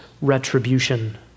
retribution